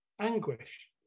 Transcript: anguish